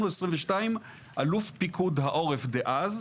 אלוף פיקוד העורף דאז,